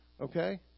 Okay